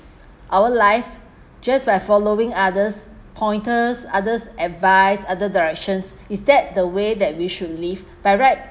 our life just by following others pointers others advised other directions is that the way that we should live by right